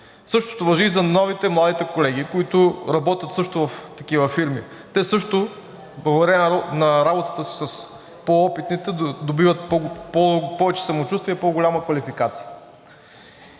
Същото важи за новите, младите колеги, които работят също в такива фирми. Те също благодарение на работата си с по-опитните придобиват повече самочувствие и по-голяма квалификация.